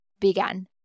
began